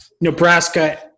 Nebraska-